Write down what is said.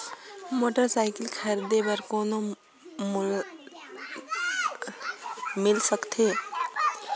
Motorcycle खरीदे बर कौन मोला लोन मिल सकथे?